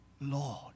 Lord